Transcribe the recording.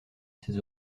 ces